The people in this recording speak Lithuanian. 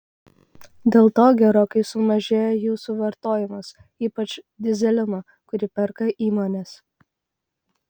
dėl to gerokai sumažėjo jų suvartojimas ypač dyzelino kurį perka įmonės